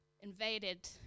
invaded